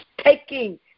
taking